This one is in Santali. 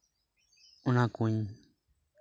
ᱚᱱᱟ ᱠᱩᱧ